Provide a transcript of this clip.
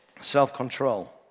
self-control